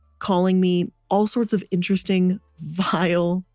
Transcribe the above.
calling me all sorts of interesting vile,